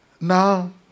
now